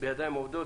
בידיים עובדות.